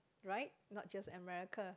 right not just American